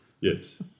Yes